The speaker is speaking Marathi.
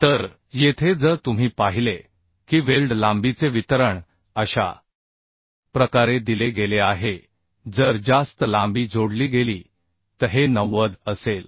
तर येथे जर तुम्ही पाहिले की वेल्ड लांबीचे वितरण अशा प्रकारे दिले गेले आहे जर जास्त लांबी जोडली गेली तर हे 90 असेल